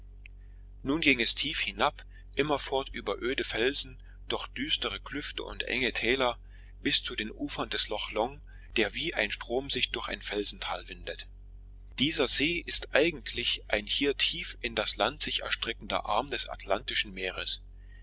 nun ging es tief hinab immerfort über öde felsen durch düstere klüfte und enge täler bis zu den ufern des loch long der wie ein strom sich durch ein felsental windet dieser see ist eigentlich ein hier tief in das land sich erstreckender arm des atlantischen meeres